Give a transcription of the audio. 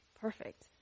perfect